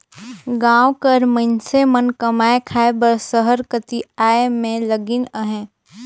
गाँव कर मइनसे मन कमाए खाए बर सहर कती आए में लगिन अहें